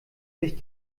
sich